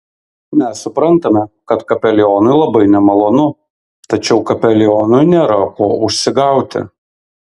mes suprantame kad kapelionui labai nemalonu tačiau kapelionui nėra ko užsigauti